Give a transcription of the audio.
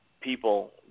people